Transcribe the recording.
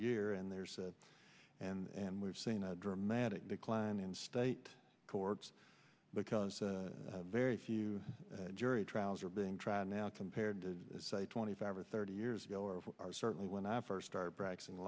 year and there's that and we've seen a dramatic decline in state courts because very few jury trials are being tried now compared to say twenty five or thirty years ago or are certainly when i first started practicing